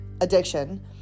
addiction